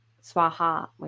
Swaha